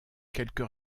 quelques